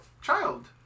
child